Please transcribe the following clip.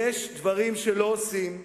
יש דברים שלא עושים.